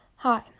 Hi